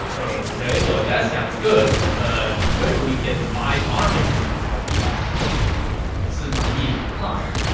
ok, well that sounds good, but where do we get five armies, cao pi asked sima yi replied,